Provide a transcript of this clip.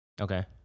Okay